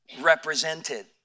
represented